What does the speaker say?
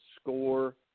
score